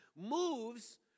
moves